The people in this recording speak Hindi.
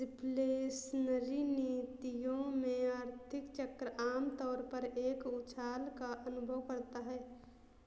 रिफ्लेशनरी नीतियों में, आर्थिक चक्र आम तौर पर एक उछाल का अनुभव करता है